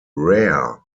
rare